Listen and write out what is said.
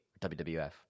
WWF